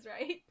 right